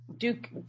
Duke